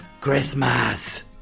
Christmas